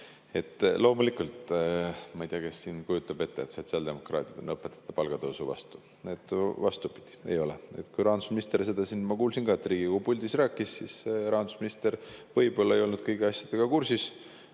Loomulikult, ma ei tea, kes siin kujutab ette, et sotsiaaldemokraadid on õpetajate palgatõusu vastu. Vastupidi, ei ole. Kui rahandusminister seda siin – ma kuulsin ka – Riigikogu puldis rääkis, siis rahandusminister võib-olla ei olnud kõigi asjadega kursis,